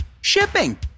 shipping